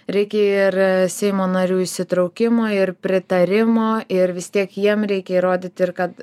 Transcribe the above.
reikia ir seimo narių įsitraukimo ir pritarimo ir vis tiek jiem reikia įrodyt ir kad